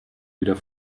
wieder